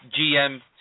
GM